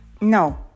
No